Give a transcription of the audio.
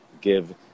give